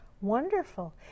wonderful